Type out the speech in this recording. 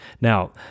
Now